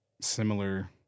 similar